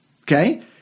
Okay